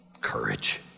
courage